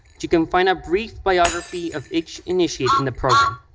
you can find a brief biography of each initiate in the program.